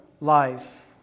life